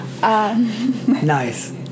Nice